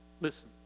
Listen